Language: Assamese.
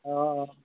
অঁ